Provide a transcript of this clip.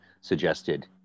suggested